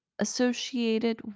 Associated